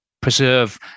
preserve